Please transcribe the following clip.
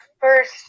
first